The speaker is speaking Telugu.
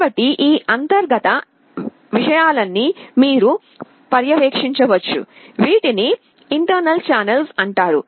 కాబట్టి ఈ అంతర్గత విషయాలన్నీ మీరు పర్యవేక్షించవచ్చు వీటిని ఇంటర్నల్ ఛానెల్స్ అంటారు